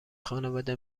خانواده